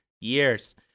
years